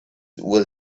will